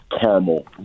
caramel